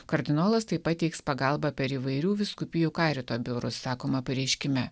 kardinolas taip pat teiks pagalbą per įvairių vyskupijų karito biurus sakoma pareiškime